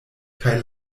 kaj